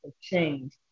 change